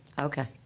Okay